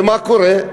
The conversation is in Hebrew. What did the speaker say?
מה קורה?